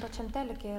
pačiam telike yra